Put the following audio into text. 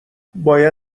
باید